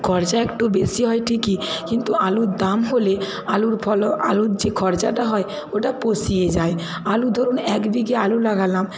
খরচা একটু বেশী হয় ঠিকই কিন্তু আলুর দাম হলে আলুর ফলন আলুর যে খরচাটা হয় ওটা পুষিয়ে যায় আলু ধরুন এক বিঘে আলু লাগালাম